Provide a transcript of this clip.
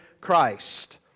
Christ